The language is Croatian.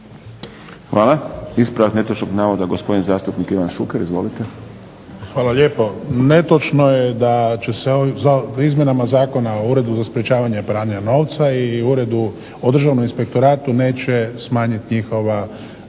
Hvala. Ispravak netočnog navoda gospodin zastupnik Ivan Šuker. Izvolite. **Šuker, Ivan (HDZ)** Hvala lijepo. Netočno je da će se ovim izmjenama Zakona o Uredu za sprječavanje pranja novca i Uredu o Državnom inspektoratu neće smanjiti njihova